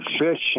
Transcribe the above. Fish